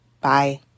Bye